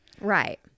right